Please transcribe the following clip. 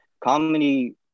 comedy